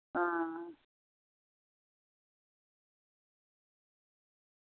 हां